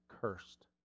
cursed